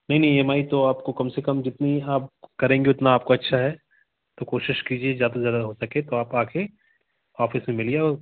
नहीं नहीं E M I तो आपको कम से कम जितनी यहाँ आप करेंगे उतना आपको अच्छा है तो कोशिश कीजिए ज़्यादा से ज़्यादा हो सके तो आप आ कर ऑफिस में मिलिए और